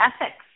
ethics